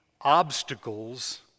obstacles